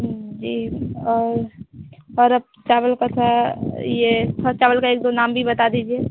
जी और और अब चावल का सा यह थोड़ा चावल का एक दो नाम भी बता दीजिए